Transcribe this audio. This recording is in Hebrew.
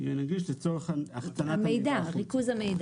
שאמור לצקת את התוכן המקצועי לשם זה המאסדרים.